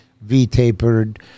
V-tapered